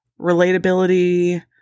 relatability